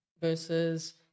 versus –